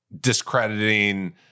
discrediting